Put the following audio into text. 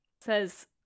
says